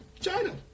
China